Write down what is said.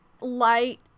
Light